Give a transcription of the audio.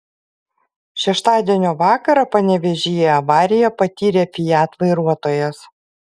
šeštadienio vakarą panevėžyje avariją patyrė fiat vairuotojas